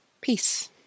peace